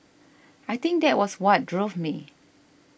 I think that was what drove me